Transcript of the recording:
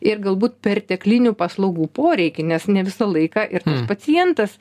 ir galbūt perteklinių paslaugų poreikį nes ne visą laiką ir tas pacientas